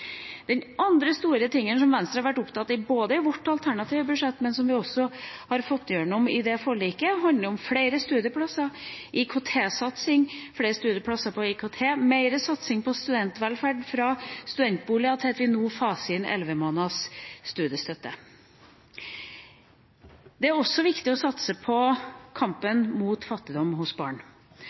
vårt alternative budsjett, og som vi også har fått igjennom i forliket, handler om IKT-satsing, flere studieplasser innen IKT og mer satsing på studentvelferd, fra studentboliger til at vi nå faser inn elleve måneders studiestøtte. Det er også viktig å satse på kampen mot fattigdom blant barn.